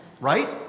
Right